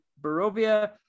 Barovia